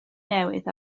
newydd